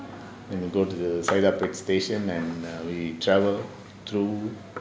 and we go to the saidapet station then we travel through